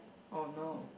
oh no